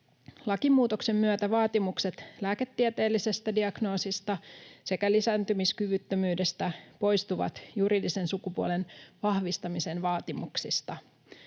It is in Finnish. Lakimuutoksen myötä vaatimukset lääketieteellisestä diagnoosista sekä lisääntymiskyvyttömyydestä poistuvat juridisen sukupuolen vahvistamisen vaatimuksista.